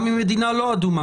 גם אם המדינה לא אדומה.